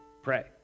pray